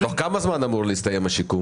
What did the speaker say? כל הכבוד למשרד.